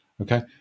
Okay